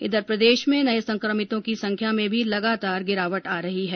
इधर प्रदेश में नए संक्रमितों की संख्या में भी लगातार गिरावट आ रही है